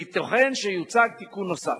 וייתכן שיוצע תיקון נוסף.